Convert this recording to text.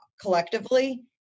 collectively